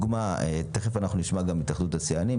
תיכף נשמע את התאחדות התעשיינים,